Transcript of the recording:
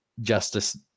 justice